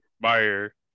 buyer